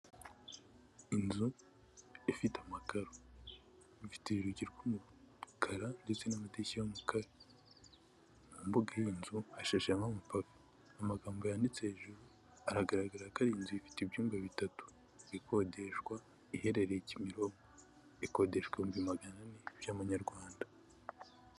Inzu ifite amakararo ifite urugi rw'umukara ndetse n'amadirishya yo mu kabugazu ashejemo amapave, amagambo yanditse hejuru haragaragara inzu ifite ibyumba bitatu ikodeshwa iherereye Kimironko, ikodeshwa ibihumbi magana ane by'amanyarwanda.